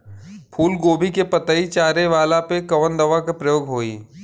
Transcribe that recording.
फूलगोभी के पतई चारे वाला पे कवन दवा के प्रयोग होई?